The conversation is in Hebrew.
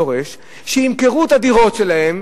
דורש שימכרו את הדירות שלהם,